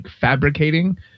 fabricating